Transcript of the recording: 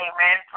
Amen